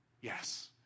yes